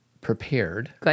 prepared